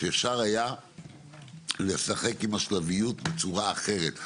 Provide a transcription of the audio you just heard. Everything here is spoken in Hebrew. אפשר היה לשחק עם השלביות בצורה אחרת?